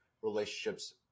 relationships